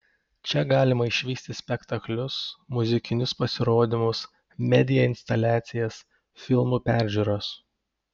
čia galima išvysti spektaklius muzikinius pasirodymus media instaliacijas filmų peržiūras